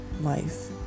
life